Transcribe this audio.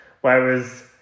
whereas